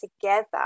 together